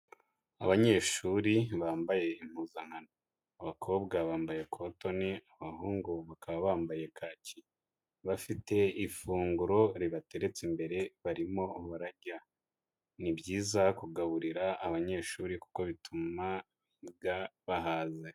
Abanyeshuri bambaye impuzankano, abakobwa bambaye kotoni, abahungu bakaba bambaye kaki, bafite ifunguro ribateretse imbere barimo bararya, ni byiza kugaburira abanyeshuri kuko bituma biga bahaze.